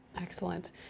Excellent